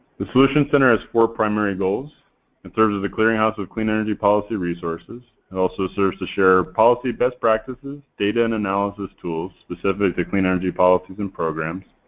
the solutions center has four primary goals it serves as a clearinghouse of clean energy policy resources it and also serves to share policy best practices, data and analysis tools specific to clean energy policies and programs.